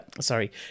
sorry